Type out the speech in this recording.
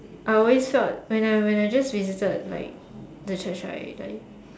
I always felt when I when I just visited like the Church right like